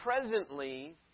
presently